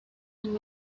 and